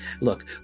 Look